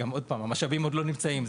עוד פעם: המשאבים עוד לא נמצאים,